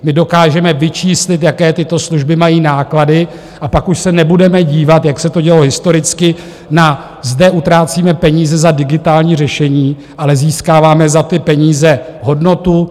My dokážeme vyčíslit, jaké tyto služby mají náklady, a pak už se nebudeme dívat, jak se to dělo historicky na zde utrácíme peníze za digitální řešení, ale získáváme za ty peníze hodnotu.